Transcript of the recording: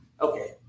okay